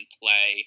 play